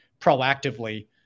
proactively